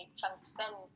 transcend